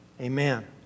Amen